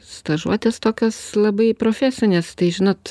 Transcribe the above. stažuotės tokios labai profesinės tai žinot